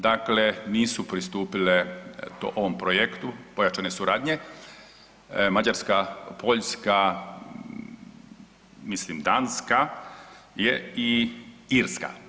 Dakle, nisu pristupile ovom projektu pojačane suradnje Mađarska, Poljska, mislim Danska i Irska.